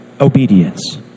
obedience